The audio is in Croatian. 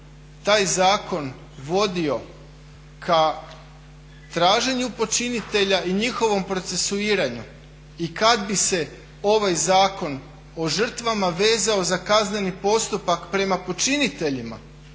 taj zakon vodio ka traženju počinitelja i njihovom procesuiranju i kada bi se ovaj Zakon o žrtvama vezao za kazneni postupak prema počiniteljima.